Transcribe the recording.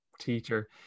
teacher